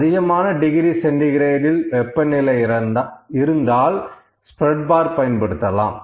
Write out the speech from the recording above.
அதிகமான டிகிரி சென்டி கிரேடில் வெப்பநிலை இருந்தால் ஸ்பிரட் பார் பயன்படுத்தலாம்